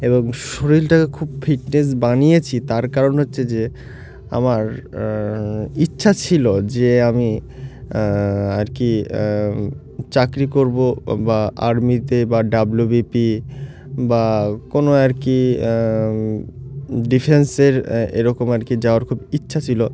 এবং শরীরটাকে খুব ফিটনেস বানিয়েছি তার কারণ হচ্ছে যে আমার ইচ্ছা ছিল যে আমি আর কি চাকরি করবো বা আর্মিতে বা ডাব্লিউ বি পি বা কোনো আর কি ডিফেন্সের এরকম আর কি যাওয়ার খুব ইচ্ছা ছিল